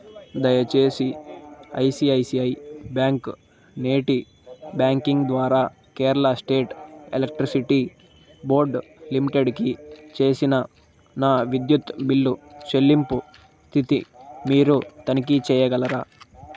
దయచేసి ICICI bank నేటి banking ద్వారా కేరళ స్టేట్ ఎలక్ట్రిసిటీ బోర్డ్ లిమిటెడ్కి చేసిన నా విద్యుత్ బిల్లు చెల్లింపు స్థితి మీరు తనిఖీ చేయగలరా